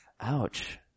Ouch